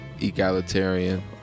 Egalitarian